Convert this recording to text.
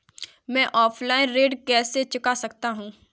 मैं ऑफलाइन ऋण कैसे चुका सकता हूँ?